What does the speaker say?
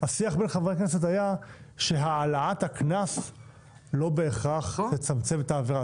השיח בין חברי הכנסת היה שהעלאת הקנס לא בהכרח תצמצם את העבירה,